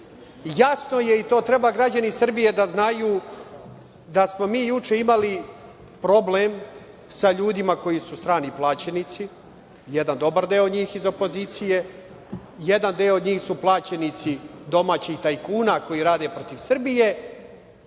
je i to treba građani Srbije da znaju da smo mi juče imali problem sa ljudima koji su strani plaćenici, jedan dobar deo njih iz opozicije, jedan deo njih su plaćenici domaćih tajkuna koji rade protiv Srbije,